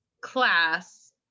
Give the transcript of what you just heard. class